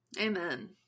Amen